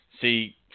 see